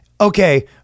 okay